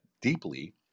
deeply